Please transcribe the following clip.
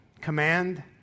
command